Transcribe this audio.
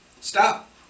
Stop